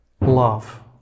love